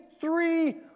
three